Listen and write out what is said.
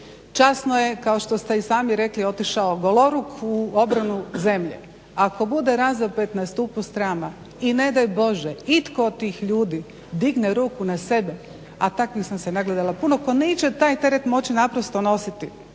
časno je kao što ste i sami rekli, otišao goloruku u obranu zemlje. Ako bude razapet na stupu srama i ne daj bože itko od tih ljudi digne ruku na sebe, a takvih sam se nagledala puno, tko neće taj teret moći naprosto nositi